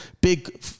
big